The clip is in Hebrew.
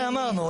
זה אמרנו,